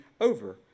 over